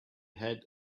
had